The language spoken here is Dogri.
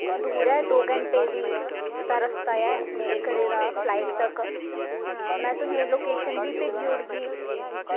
दून ऐ दो घैंटे दी दो घैटे दा रस्ता ऐ फलाईट दा में तुसेंगी लोकेशन बी भेजी ओड़गी